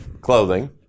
clothing